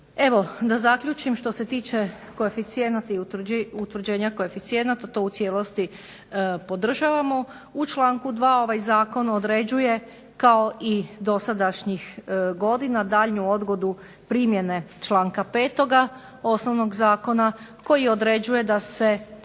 Evo da zaključim, što se tiče koeficijenata i utvrđenja koeficijenata to u cijelosti podržavamo. U članku 2. ovaj zakon određuje kao i dosadašnjih godina daljnju odgodu primjene članka 5. osnovnog zakona koji određuje da se